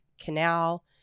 Canal